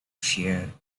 sheer